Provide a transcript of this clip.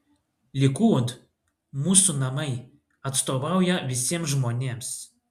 likud mūsų namai atstovauja visiems žmonėms